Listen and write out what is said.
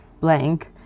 blank